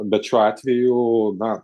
bet šiuo atveju na